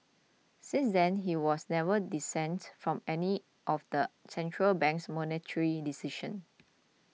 since then he has never dissented from any of the central bank's monetary decisions